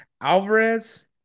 Alvarez